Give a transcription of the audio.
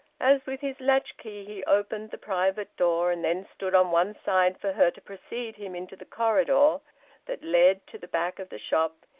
as with his latchkey he opened the private door and then stood on one side for her to precede him into the corridor that led to the back of the shop,